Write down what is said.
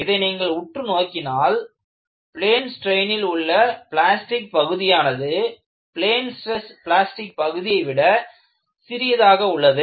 இதை நீங்கள் உற்று நோக்கினால் பிளேன் ஸ்ட்ரெய்னில் உள்ளே பிளாஸ்டிக் பகுதியானது பிளேன் ஸ்ட்ரெஸ் பிளாஸ்டிக் பகுதியை விட சிறியதாக உள்ளது